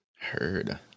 Heard